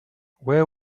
where